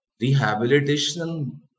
Rehabilitation